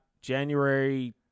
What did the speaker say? January